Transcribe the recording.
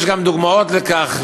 יש גם דוגמאות לכך.